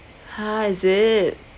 !huh! is it